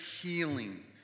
healing